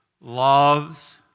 loves